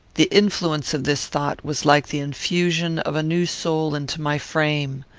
the influence of this thought was like the infusion of a new soul into my frame.